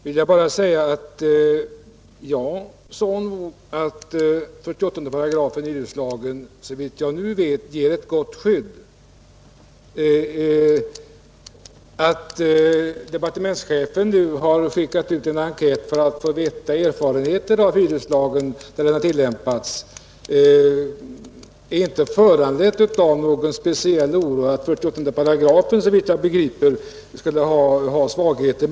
Herr talman! Jag sade, herr Engström, att 48 § hyreslagen såvitt jag vet ger ett gott skydd. att departementschefen nu har gjort en enkät för att få erfarenheter av hyreslagens tillämpning beror inte på någon speciell oro för att 48 § skulle ha några svagheter.